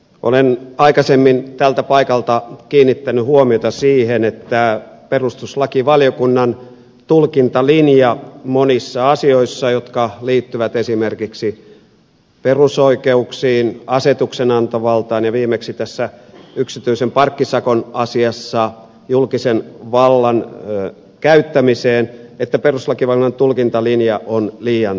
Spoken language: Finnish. olen aikaisemmin tältä paikalta kiinnittänyt huomiota siihen että perustuslakivaliokunnan tulkintalinja monissa asioissa jotka liittyvät esimerkiksi perusoikeuksiin asetuksenantovaltaan ja viimeksi tässä yksityisen parkkisakon asiassa julkisen vallan käyttämiseen on liian tiukka